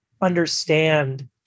understand